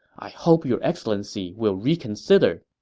i hope your excellency will reconsider.